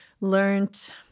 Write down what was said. learned